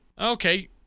Okay